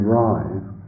rise